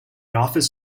office